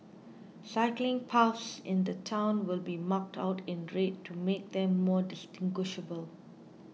cycling paths in the town will be marked out in red to make them more distinguishable